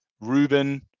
Ruben